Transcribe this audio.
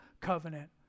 Covenant